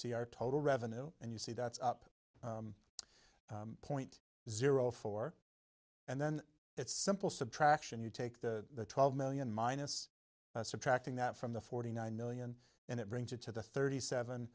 see our total revenue and you see that's up point zero four and then it's simple subtraction you take the twelve million minus subtracting that from the forty nine million and it brings it to the thirty seven